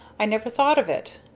i never thought of it.